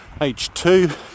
h2